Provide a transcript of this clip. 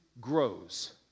grows